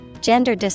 Gender